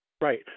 Right